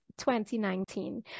2019